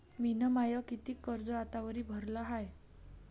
मिन माय कितीक कर्ज आतावरी भरलं हाय?